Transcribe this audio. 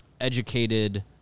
educated